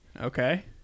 Okay